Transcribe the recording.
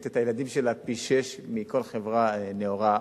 את הילדים שלה פי-שישה מכל חברה נאורה אחרת.